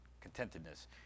contentedness